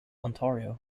ontario